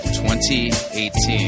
2018